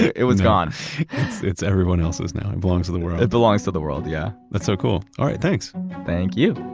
it was gone it's everyone else's now. it belongs to the world it belongs to the world. yeah that's so cool. all right. thanks thank you